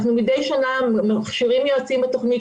מדי שנה אנחנו מכשירים יועצים בתוכנית,